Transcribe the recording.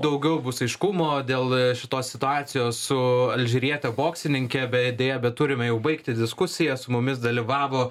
daugiau bus aiškumo dėl šitos situacijos su alžyriete boksininke bet deja bet turime jau baigti diskusiją su mumis dalyvavo